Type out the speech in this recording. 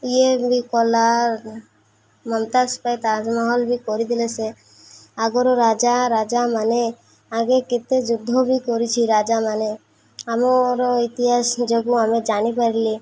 ଇଏମ୍ ବି କଲାର୍ ମମତାଜ ପାଇଁ ଏ ତାଜମହଲ ବି କରିଦେଲେ ସେ ଆଗରୁ ରାଜା ରାଜାମାନେ ଆଗେ କେତେ ଯୁଦ୍ଧ ବି କରିଛି ରାଜାମାନେ ଆମର ଇତିହାସ ଯୋଗୁଁ ଆମେ ଜାଣିପାରିଲି